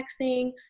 texting